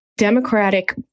Democratic